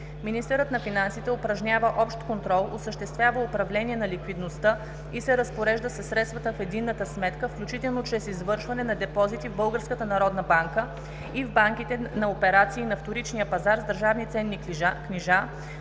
Министърът на финансите упражнява общ контрол, осъществява управление на ликвидността и се разпорежда със средствата в единната сметка включително чрез извършване на депозити в Българската народна банка и в банките, на операции на вторичния пазар с държавни ценни книжа,